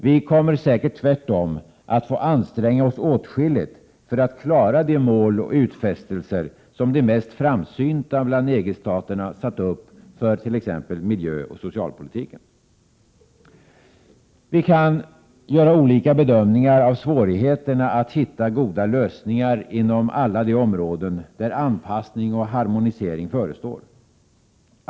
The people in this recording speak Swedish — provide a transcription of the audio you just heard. Vi får tvärtom räkna med att anstränga oss åtskilligt för att klara de mål och utfästelser, som de mest framsynta bland EG-staterna satt upp för t.ex. miljöoch socialpolitiken. Vi kan göra olika bedömningar av svårigheterna att hitta goda lösningar inom alla de områden där anpassning och harmonisering förestår.